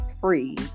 free